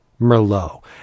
Merlot